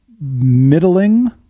middling